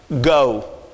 go